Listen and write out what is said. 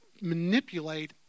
manipulate